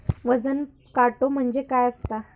वजन काटो म्हणजे काय असता?